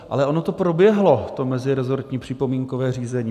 Ale ono to proběhlo, to meziresortní připomínkové řízení.